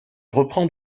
reprend